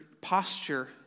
posture